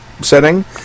setting